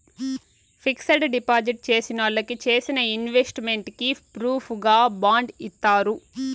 fixed deposit చేసినోళ్ళకి చేసిన investment కి ప్రూఫుగా బాండ్ ఇత్తారు